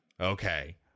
Okay